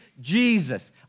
Jesus